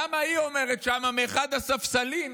למה היא אומרת שמה, מאחד הספסלים: